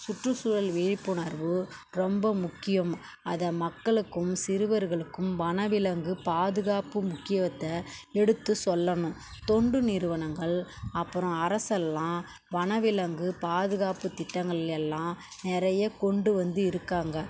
சுற்றுச்சூழல் விழிப்புணர்வு ரொம்ப முக்கியம் அதை மக்களுக்கும் சிறுவர்களுக்கும் வனவிலங்கு பாதுகாப்பு முக்கியத்தை எடுத்து சொல்லணும் தொண்டு நிறுவனங்கள் அப்புறம் அரசெல்லாம் வனவிலங்கு பாதுகாப்புத் திட்டங்கள் எல்லாம் நிறைய கொண்டு வந்து இருக்காங்க